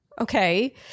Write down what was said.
Okay